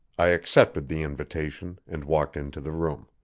i accepted the invitation and walked into the room.